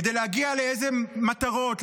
כדי להגיע לאיזה מטרות?